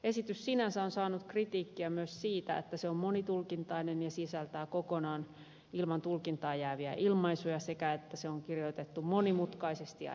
esitys sinänsä on saanut kritiikkiä myös siitä että se on monitulkintainen ja sisältää kokonaan ilman tulkintaa jääviä ilmaisuja ja että se on kirjoitettu monimutkaisesti ja epäselvästi